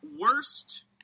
worst